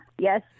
Yes